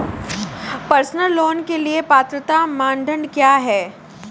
Personal loan के लिए पात्रता मानदंड क्या हैं?